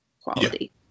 quality